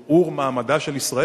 האם זה ערעור מעמדה של ישראל?